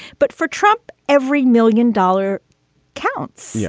but for trump, every million dollar counts. yeah